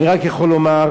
אני רק יכול לומר